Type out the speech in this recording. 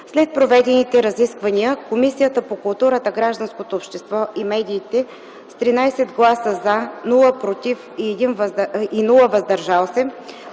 След проведените разисквания Комисията по културата, гражданското общество и медиите с 13 гласа „за”, без „против” и „въздържали се”